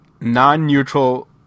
non-neutral